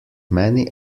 many